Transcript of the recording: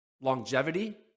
longevity